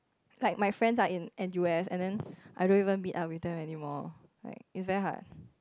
like my friends are in N_U_S and then I don't even meet up with them anymore like it's very hard